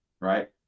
right